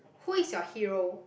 who is your hero